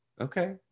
Okay